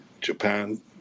Japan